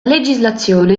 legislazione